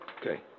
Okay